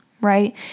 right